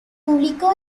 publicó